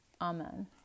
Amen